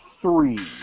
three